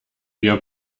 wir